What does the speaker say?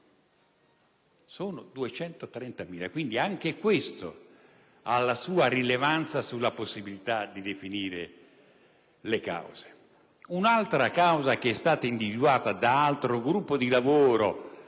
sono 230.000. Quindi, anche questo ha la sua rilevanza sulla possibilità di definire le cause. Un'altra causa che è stata individuata da altro gruppo di lavoro